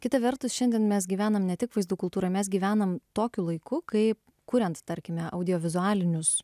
kita vertus šiandien mes gyvenam ne tik vaizdų kultūroj mes gyvenam tokiu laiku kai kuriant tarkime audiovizualinius